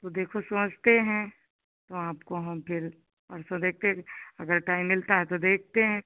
तो देखो सोचते हैं तो आपको हम फिर परसों देखते हैं अगर टाइम मिलता है तो देखते हैं